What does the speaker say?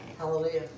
Hallelujah